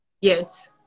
Yes